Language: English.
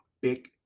big